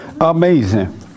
Amazing